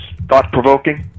thought-provoking